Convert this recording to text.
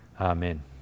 Amen